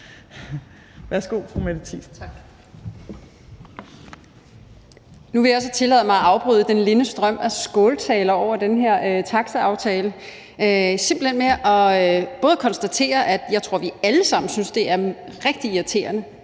Værsgo, fru Mette Thiesen.